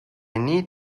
need